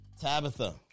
Tabitha